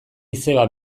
izeba